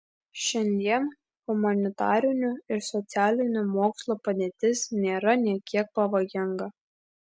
šiandien humanitarinių ir socialinių mokslų padėtis nėra nė kiek pavojinga